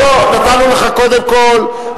לא לא, נתנו לך, קודם כול.